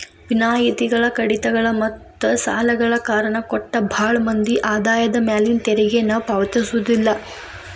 ವಿನಾಯಿತಿಗಳ ಕಡಿತಗಳ ಮತ್ತ ಸಾಲಗಳ ಕಾರಣ ಕೊಟ್ಟ ಭಾಳ್ ಮಂದಿ ಆದಾಯದ ಮ್ಯಾಲಿನ ತೆರಿಗೆನ ಪಾವತಿಸೋದಿಲ್ಲ